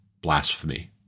blasphemy